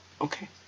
okay